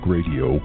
Radio